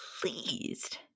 pleased